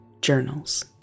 journals